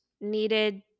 needed –